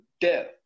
death